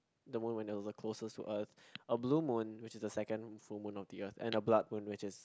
the moment when it was the closest to us a blue moon which is the second full moon of the Earth and a blood moon which is